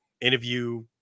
interview